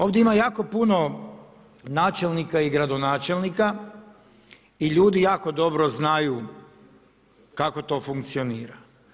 Ovdje ima jako puno načelnika i gradonačelnika i ljudi jako dobro znaju kako to funkcionira.